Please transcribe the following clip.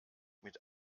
mit